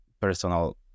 personal